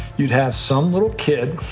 you'd have some little kid